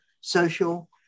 social